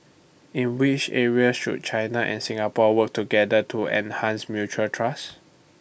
in which areas should China and Singapore work together to enhance mutual trust